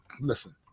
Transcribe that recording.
Listen